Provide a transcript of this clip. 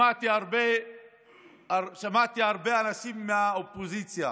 שמעתי הרבה אנשים מהאופוזיציה